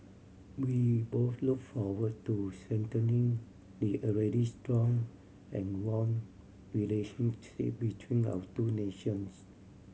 we both look forward to strengthening the already strong and warm relationship between our two nations